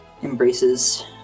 embraces